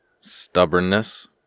stubbornness